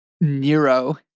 Nero